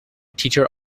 teacher